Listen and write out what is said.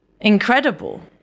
incredible